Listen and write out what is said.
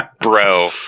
Bro